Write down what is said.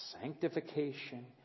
sanctification